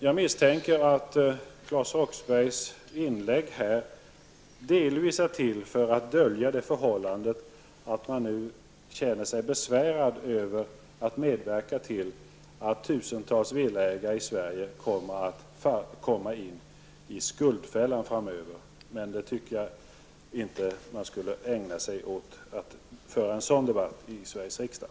Jag misstänker att Claes Roxberghs inlägg delvis görs för att dölja det förhållandet att man i miljöpartiet nu känner sig besvärad över att medverka till att tusentals villaägare i Sverige kommer att hamna i skuldfällan framöver. Men jag tycker inte att man skall ägna sig åt att föra en sådan debatt i Sveriges riksdag.